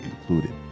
included